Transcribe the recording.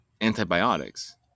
antibiotics